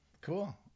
cool